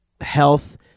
health